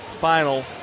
final